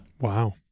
Wow